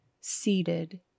seated